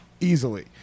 easily